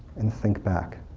and think back.